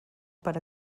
per